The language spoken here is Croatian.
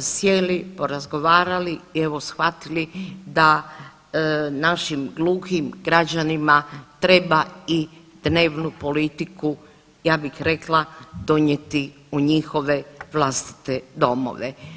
sjeli, porazgovarali i evo shvatili da našim gluhim građanima treba i dnevnu politiku ja bih rekla donijeti u njihove vlastite domove.